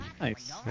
Nice